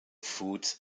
foods